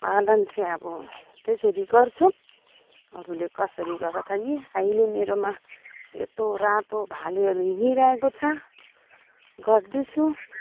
पालन चाहिँ अब त्यसरी गर्छौँ अरूले कसरी गर्छ त यी अहिले मेरोमा सेतो रातो भालेहरू हिँडिरहेको छ गर्दैछु